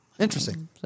Interesting